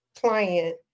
client